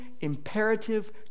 imperative